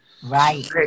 Right